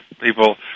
people